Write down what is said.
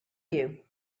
you